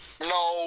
No